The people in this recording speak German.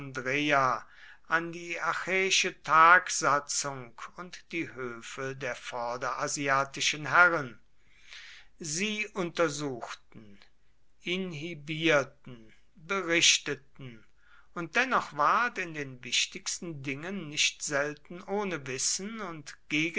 alexandreia an die achäische tagsatzung und die höfe der vorderasiatischen herren sie untersuchten inhibierten berichteten und dennoch ward in den wichtigsten dingen nicht selten ohne wissen